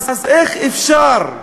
אז איך אפשר?